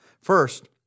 First